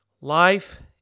Life